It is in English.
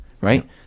right